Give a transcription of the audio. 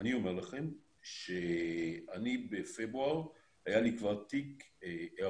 אני אומר לכם שבפברואר היה לי כבר תיק היערכות,